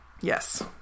Yes